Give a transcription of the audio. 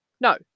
No